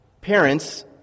parents—